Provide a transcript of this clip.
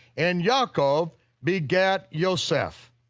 and yaakov begat yoseph,